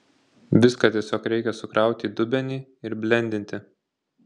viską tiesiog reikia sukrauti į dubenį ir blendinti